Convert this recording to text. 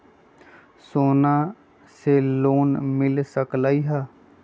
सोना से लोन मिल सकलई ह?